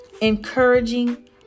encouraging